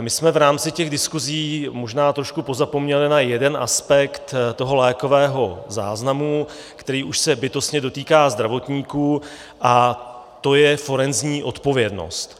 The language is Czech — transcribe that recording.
My jsme v rámci diskusí možná trošku pozapomněli na jeden aspekt lékového záznamu, který už se bytostně dotýká zdravotníků, a to je forenzní odpovědnost.